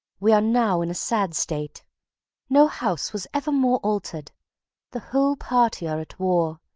we are now in a sad state no house was ever more altered the whole party are at war,